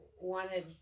wanted